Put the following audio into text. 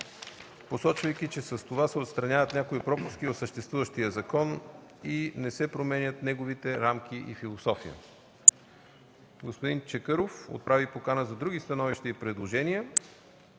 посочвайки, че с това се отстраняват някои пропуски в съществуващия закон и не се променят неговите рамки и философия. Господин Чакъров отправи покана за други становища и предложения